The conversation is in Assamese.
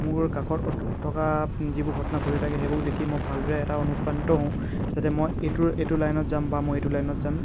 মোৰ কাষত থকা যিবোৰ ঘটনা ঘটি থাকে সেইবোৰ দেখি মই ভালদৰে এটা অনুপ্ৰাণিত হওঁ যাতে মই এইটো এইটো লাইনত যাম বা মই এইটো লাইনত যাম